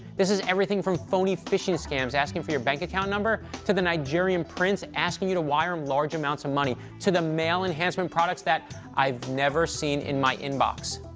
this is everything from phony phishing scams asking for your bank-account number to the nigerian prince asking you to wire him large amounts of money to the male enhancement products that i've never seen in my inbox.